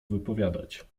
wypowiadać